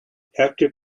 after